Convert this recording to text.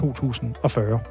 2040